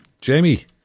Jamie